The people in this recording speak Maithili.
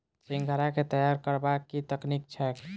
सिंघाड़ा केँ तैयार करबाक की तकनीक छैक?